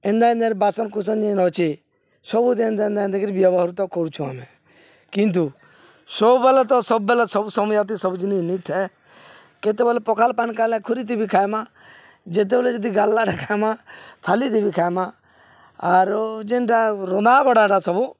ଏନ୍ତା ଏନ୍ତା ମାନ ବାସନ କୁସନ ଯେନ୍ ଅଛି ସବୁ ଏନ୍ତା ଏନ୍ତା ଦେଇକିରି ବ୍ୟବହାର ତ କରୁଛୁ ଆମେ କିନ୍ତୁ ସବୁବେଳେ ତ ସବୁବେଳେ ସବୁ ସମୟ ଯେତିକି ସବୁ ଜିନିଷ ନାଇଁଥାଏ କେତେବେଲେ ପଖାଲ ପାନ ଖାଇଲେ ଖୁୁରଥିବିି ଖାଇମା ଯେତେବେଲେ ଯଦି ଗାଲାଟା ଖାଇମା ଥାାଲିଥେ ବିି ଖାଇମା ଆରୁ ଯେନ୍ଟା ରନ୍ଧାବଢ଼ାଟା ସବୁ